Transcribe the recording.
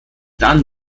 dann